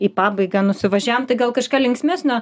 į pabaigą nusivažiavom tai gal kažką linksmesnio